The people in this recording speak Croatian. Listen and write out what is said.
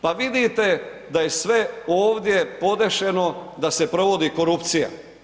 Pa vidite da je sve ovdje podešeno da se provodi korupcija.